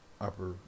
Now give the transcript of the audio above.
upper